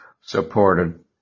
supported